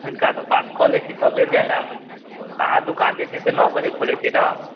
हिनकासँ बात कऽ लै छी तभिए जाएब तऽ अहाँ दोकान जे छै से नओ बजे खोलै छिए ने